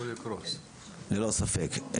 ללא ספק.